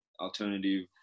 alternative